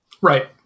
Right